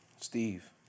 Steve